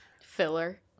Filler